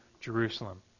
Jerusalem